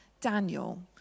Daniel